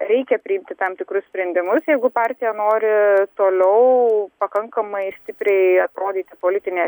reikia priimti tam tikrus sprendimus jeigu partija nori toliau pakankamai stipriai atrodyti politinė